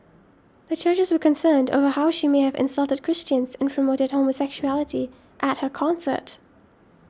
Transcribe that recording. the churches were concerned over how she may have insulted Christians and promoted homosexuality at her concert